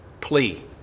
plea